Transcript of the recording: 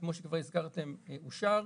שכמו שכבר הזכרתם אושר,